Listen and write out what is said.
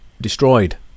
destroyed